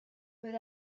but